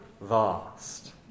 vast